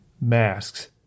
masks